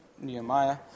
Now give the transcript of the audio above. Nehemiah